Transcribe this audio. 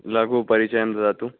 लघु परिचयं ददातु